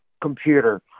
computer